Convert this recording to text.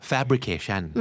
Fabrication